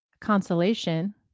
consolation